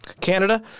Canada